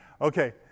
Okay